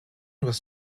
was